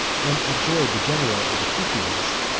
and adjured the general of the cufians,